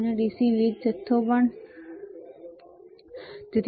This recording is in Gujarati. અને અહીં dc વીજ જથ્થો પણ છે